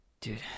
Dude